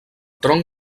tronc